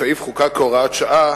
הסעיף חוקק כהוראת שעה,